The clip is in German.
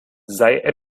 sei